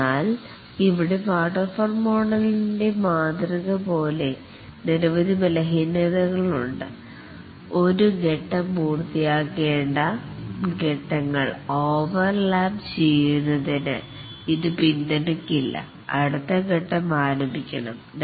എന്നാൽ ഇവിടെ വാട്ടർഫാൾ മോഡലിൻ്റെ ത്തിന് മാതൃകപോലെ നിരവധി ബലഹീനതകൾ ഉണ്ട് ഫേസ് ങ്ങൾ ഓവർ ലാപ് ചെയ്യുന്നതിന് ഇത് പിന്തുണയ്ക്കുന്നില്ല ഒരു ഫേസ് പൂർത്തിയായതിനു ശേഷം അടുത്ത ഫേസ് ആരംഭിക്കുകയൊള്ളു